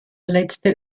letzte